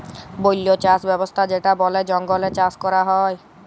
বল্য চাস ব্যবস্থা যেটা বলে জঙ্গলে চাষ ক্যরা হ্যয়